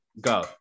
Go